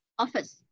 office